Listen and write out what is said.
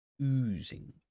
oozing